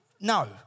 No